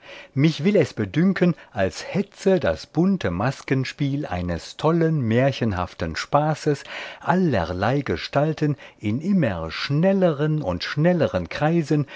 mich will es bedünken als hetze das bunte maskenspiel eines tollen märchenhaften spaßes allerlei gestalten in immer schnelleren und schnelleren kreisen